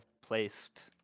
placed